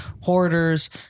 hoarders